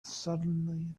suddenly